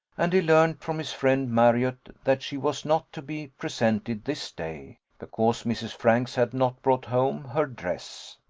and he learnt from his friend marriott that she was not to be presented this day, because mrs. franks had not brought home her dress.